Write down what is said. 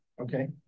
Okay